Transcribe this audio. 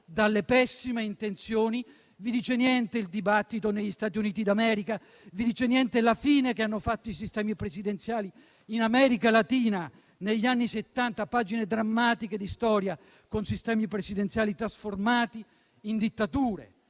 dalle pessime intenzioni? Vi dice niente il dibattito in corso negli Stati Uniti d'America? Vi dice niente la fine che hanno fatto i sistemi presidenziali in America Latina negli anni Settanta, pagine drammatiche di storia, con sistemi presidenziali trasformati in dittature?